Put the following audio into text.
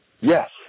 Yes